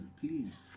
please